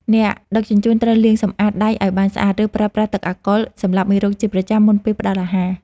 អ្នកដឹកជញ្ជូនត្រូវលាងសម្អាតដៃឱ្យបានស្អាត ឬប្រើប្រាស់ទឹកអាល់កុលសម្លាប់មេរោគជាប្រចាំមុនពេលផ្ដល់អាហារ។